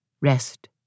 Rest